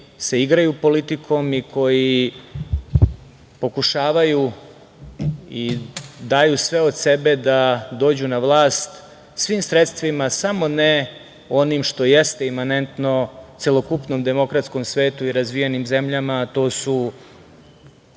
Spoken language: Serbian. koji se igraju politikom i koji pokušavaju i daju sve od sebe da dođu na vlast svim sredstvima, samo ne onim što jeste imanentno celokupnom demokratskom svetu i razvijenim zemljama,